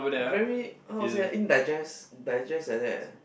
very how to say in digest digest like that